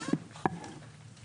תודה רבה.